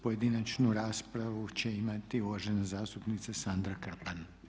Pojedinačnu raspravu će imati uvažena zastupnica Sandra Krpan.